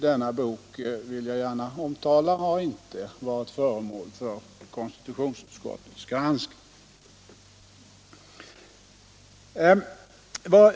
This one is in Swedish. Denna bok har inte, det vill jag gärna tala om, varit föremål för konstitutionsutskottets granskning.